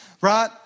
right